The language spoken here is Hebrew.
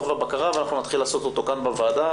והבקרה ואנחנו נתחיל לעשות אותו כאן בוועדה,